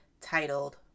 titled